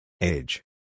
Age